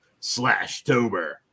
Slashtober